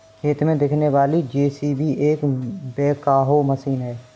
खेत में दिखने वाली जे.सी.बी एक बैकहो मशीन है